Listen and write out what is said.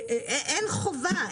אין חובה,